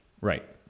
Right